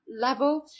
level